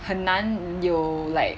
很难有 like